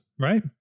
Right